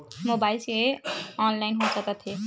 Mobile से online हो सकत हे?